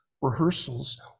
rehearsals